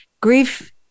grief